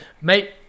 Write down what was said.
Mate